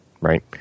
right